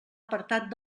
apartat